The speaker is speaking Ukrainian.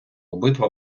обидва